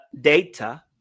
data